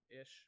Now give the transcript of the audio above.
ish